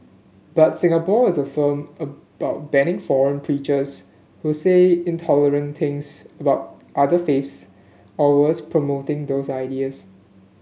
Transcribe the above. but Singapore is firm about banning foreign preachers who say intolerant things about other faiths or worse promoting those ideas